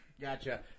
Gotcha